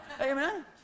Amen